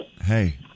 Hey